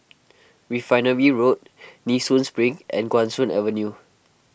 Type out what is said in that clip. Refinery Road Nee Soon Spring and Guan Soon Avenue